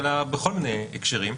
אלא בכל מיני הקשרים,